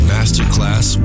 Masterclass